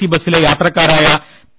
C ബസ്സിലെ യാത്രക്കാരായ P